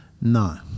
No